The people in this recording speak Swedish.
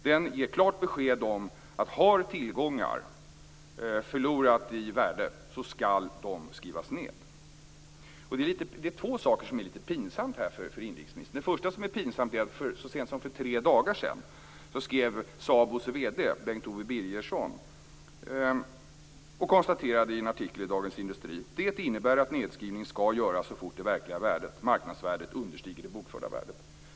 Den ger klart besked: Har tillgångar förlorat i värde så skall de skrivas ned. Det är två saker här som är litet pinsamma för invandrarministern. Det första som är pinsamt är att så sent som för tre dagar sedan skrev SABO:s vd, Bengt Owe Birgersson, en artikel i Dagens Industri där han konstaterade: "Det innebär att nedskrivning ska göras så fort det verkliga värdet understiger det bokförda värdet."